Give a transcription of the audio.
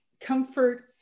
comfort